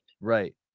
Right